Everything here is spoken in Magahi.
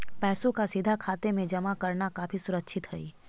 पैसों का सीधा खाते में जमा करना काफी सुरक्षित हई